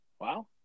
Wow